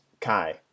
Kai